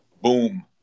boom